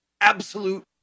absolute